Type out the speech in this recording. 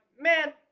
man